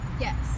Yes